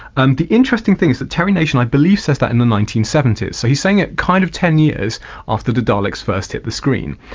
and the interesting thing is that terry nation i believe says that in the nineteen seventy s, so he's saying it kind of ten years after the daleks first hit the screen.